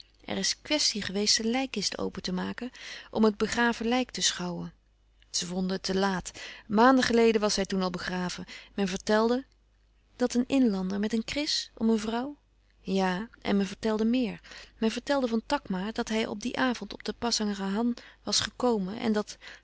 er is kwestie geweest de lijkkist open te maken om het begraven lijk te schouwen ze vonden het te laat maànden geleden was hij toen al begraven men vertelde dat een inlander met een kris om een vrouw ja en men vertelde méer men vertelde van takma dat hij op dien avond op de pasangrahan was gekomen en dat